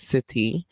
City